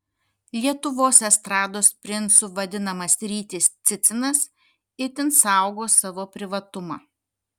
lietuvos estrados princu vadinamas rytis cicinas itin saugo savo privatumą